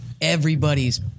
everybody's